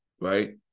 right